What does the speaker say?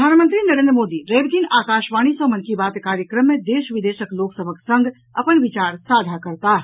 प्रधानमंत्री नरेन्द्र मोदी रवि दिन आकाशवाणी सॅ मन की बात कार्यक्रम मे देश विदेशक लोक सभक संग अपन विचार साझा करताह